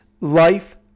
life